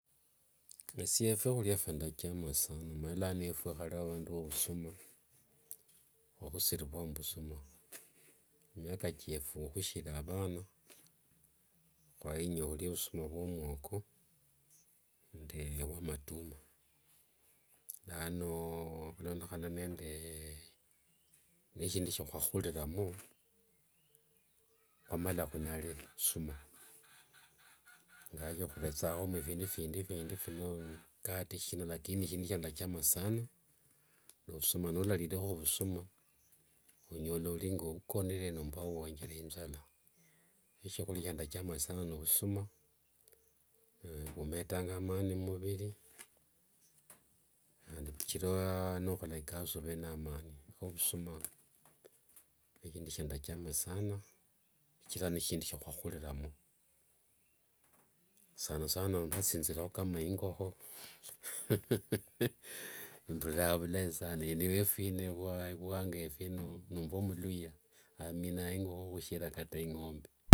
Esie fyahulia fyandacha sana, omanye lano efwe hale ao vandu va ovusuma, hwakhusirivua mvusuma miaka thiefu khusiri avana hwainya khulia vusuma vio mwoko nde ovwamatumwa. Lano khulondekhana nende neshindu shiahwakhakhuliramo. Khuamala khunale vusuma. Ingawaje khuvethakho nende phindu phindi phino, mkate shina, lakini shindu shindachama sana ni ovusuma. Niwalarirekho vusuma onyola olingo ukonere nomba uwonjere injala. Eshiakhulia shindachama sana ni ovusuma vumetanga amani mumuviri handi shichira nokhola ikasi ovee namani. Kho vusuma n shindu shindachama sana, shichira nishindu shiahwakhakhuliramo. Sana sana nivasinjirekho ingo mbuliranga vulai sana, eno wefu eno vuwanga wefu eno, nomba mluhya aminanga ingokho kata khushira kata ingombe.